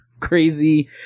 crazy